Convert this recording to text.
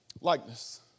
Likeness